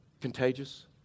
contagious